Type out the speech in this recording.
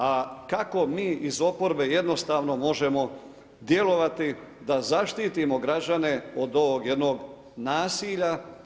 A kako mi iz oporbe jednostavno možemo djelovati da zaštitimo građene od ovog jednog nasilja?